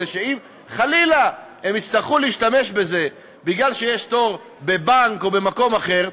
כדי שאם חלילה הם יצטרכו להשתמש בזה בגלל שיש תור בבנק או במקום אחר,